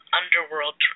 underworld